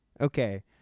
okay